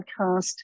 podcast